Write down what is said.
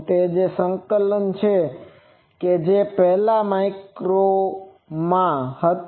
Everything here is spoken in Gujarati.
તે જ સંકલન છે કે જે પહેલા માઇક્રોમાં હતું